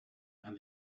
and